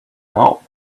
not